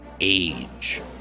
age